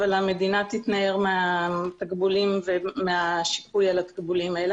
אבל המדינה תתנער מהתקבולים ומהשיפוי על התקבולים האלה.